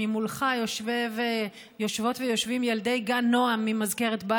ממולך יושבות ויושבים ילדי גן נועם ממזכרת בתיה.